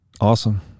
Awesome